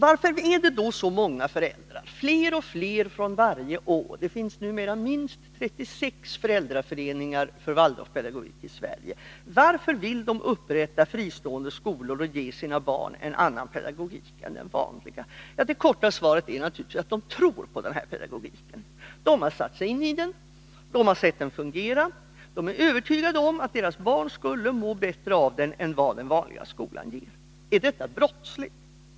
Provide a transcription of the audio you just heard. Varför vill då så många föräldrar, fler och fler för varje år — det finns numera 36 föräldraföreningar för Waldorfpedagogik i Sverige —, upprätta fristående skolor och ge sina barn en annan pedagogik än den vanliga? Det korta svaret är naturligtvis att de tror på denna pedagogik. De har satt sig in i den, de har sett den fungera, de är övertygade om att deras barn skulle må bättre av den än av den undervisning som den vanliga skolan ger. Är detta brottsligt?